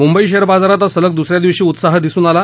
Mumbai share बाजारात आज सलग दूस या दिवशी उत्साह दिसून आला